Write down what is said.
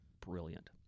Brilliant